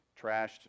trashed